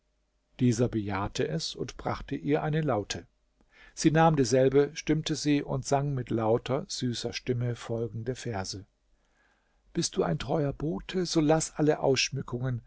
dieser bejahte es und brache ihr eine laute sie nahm dieselbe stimmte sie und sang mit lauter süßer stimme folgende verse bist du ein treuer bote so laß alle